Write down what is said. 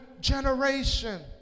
generation